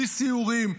בלי סיורים,